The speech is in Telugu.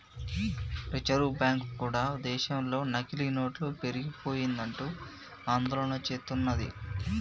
రిజర్వు బ్యాంకు కూడా దేశంలో నకిలీ నోట్లు పెరిగిపోయాయంటూ ఆందోళన చెందుతున్నది